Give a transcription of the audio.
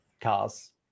Cars